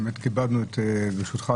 ברשותך,